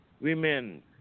women